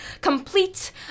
Complete